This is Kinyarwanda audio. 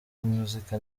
muzika